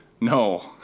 No